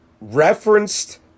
referenced